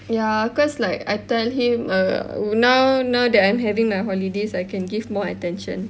ya cause like I tell him err now now that I'm having my holidays I can give more attention